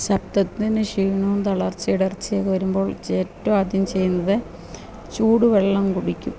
ശബ്ദത്തിനു ക്ഷീണവും തളർച്ച ഇടർച്ചയൊക്കെ വരുമ്പോൾ ഏറ്റവുമാദ്യം ചെയ്യുന്നത് ചൂട് വെള്ളം കുടിക്കും